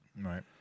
Right